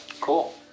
Cool